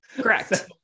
Correct